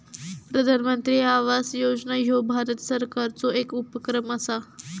प्रधानमंत्री आवास योजना ह्यो भारत सरकारचो येक उपक्रम असा